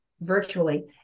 virtually